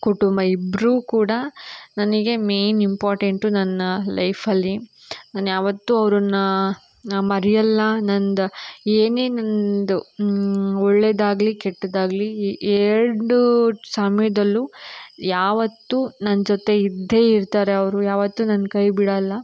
ಕುಟುಂಬ ಇಬ್ಬರೂ ಕೂಡ ನನಗೆ ಮೇನ್ ಇಂಪಾರ್ಟೆಂಟು ನನ್ನ ಲೈಫಲ್ಲಿ ನಾನು ಯಾವತ್ತೂ ಅವ್ರನ್ನು ನಾನು ಮರೆಯಲ್ಲ ನಂದು ಏನೇ ನನ್ನದು ಒಳ್ಳೆಯದಾಗ್ಲಿ ಕೆಟ್ಟದ್ದಾಗಲಿ ಎರಡೂ ಸಮಯದಲ್ಲೂ ಯಾವತ್ತೂ ನನ್ನ ಜೊತೆ ಇದ್ದೇ ಇರ್ತಾರೆ ಅವರು ಯಾವತ್ತೂ ನನ್ನ ಕೈ ಬಿಡೋಲ್ಲ